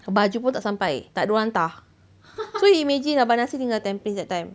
baju pun tak sampai tak ada orang hantar so imagine abang nasir dekat tampines that time